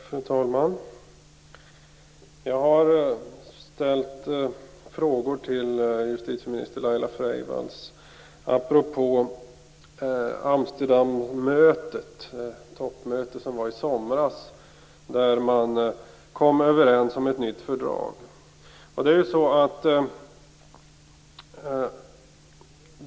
Fru talman! Jag har ställt frågor till justitieminister Laila Freivalds apropå Amsterdammötet, det toppmöte som hölls i somras när man kom överens om ett nytt fördrag.